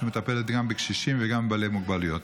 שמטפלת גם בקשישים וגם בבעלי מוגבלויות.